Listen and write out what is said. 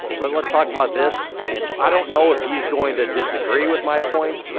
let's let's talk about this. and so i don't know if he's going to disagree with my points.